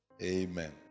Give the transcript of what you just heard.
amen